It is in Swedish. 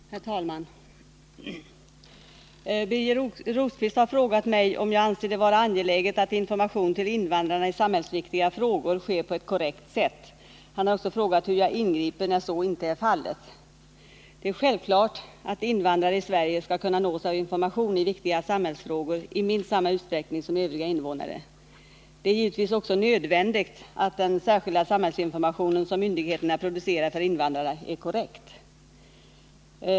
Herr talman! Birger Rosqvist har frågat mig om jag anser det vara angeläget att information till invandrarna i samhällsviktiga frågor sker på ett korrekt sätt. Han har också frågat hur jag ingriper när så inte är fallet. Det är självklart att invandrare i Sverige skall kunna nås av information i viktiga samhällsfrågor i minst samma utsträckning som övriga invånare. Det är givetvis också nödvändigt att den särskilda samhällsinformation som myndigheterna producerar för invandrare är korrekt.